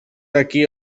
aquí